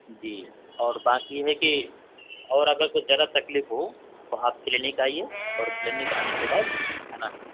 جی اور بات یہ ہے کہ اور اگر کچھ ذرا تکلیف ہو تو آپ کلینک آئیے اور کلینک آنے کے بعد ہے نا